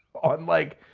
i'm like,